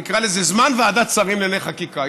נקרא לזה זמן ועדת שרים לענייני חקיקה.